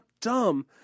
dumb